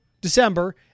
December